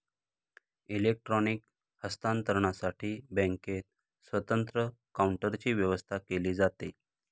electronic हस्तांतरणसाठी बँकेत स्वतंत्र काउंटरची व्यवस्था केली जाते